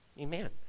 Amen